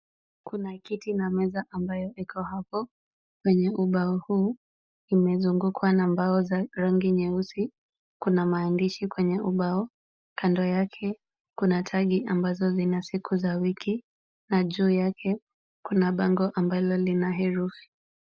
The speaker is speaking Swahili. Kuna kiti na meza ambayo iko hapo. Kwenye ubao huu imezungukwa na mbao za rangi nyeusi. Kuna maandishi kwenye ubao. Kando yake kuna tagi ambazo zina siku za wiki na juu yake kuna bango ambalo lina herufi.